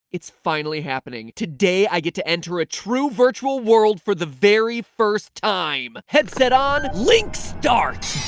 it's finally happening. today, i get to enter a true virtual world for the very first time! headset on! link start!